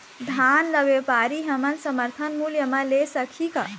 धान ला व्यापारी हमन समर्थन मूल्य म ले सकही का?